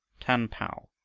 tan paugh,